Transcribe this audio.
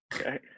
okay